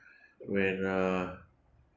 when uh